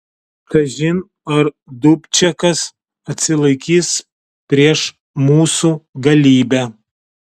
kažin ar dubčekas atsilaikys prieš mūsų galybę